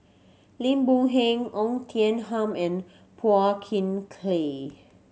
Lim Boon Heng Oei Tian Ham and Phua Thin Kiay